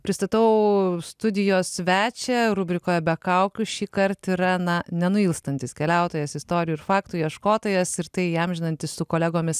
pristatau studijos svečią rubrikoje be kaukių šįkart yra na nenuilstantis keliautojas istorijų ir faktų ieškotojas ir tai įamžinantis su kolegomis